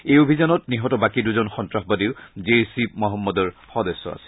এই অভিযানত নিহত বাকী দুজন সন্ত্ৰাসবাদীও জেইচ ই মহম্মদৰ সদস্য আছিল